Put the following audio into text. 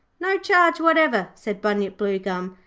no charge whatever said bunyip bluegum.